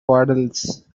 waddles